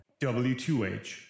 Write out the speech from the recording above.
W2H